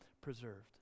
preserved